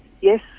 yes